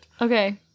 Okay